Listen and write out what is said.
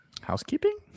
Housekeeping